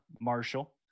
Marshall